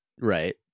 Right